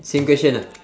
same question ah